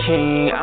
King